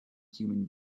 human